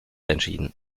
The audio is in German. entschieden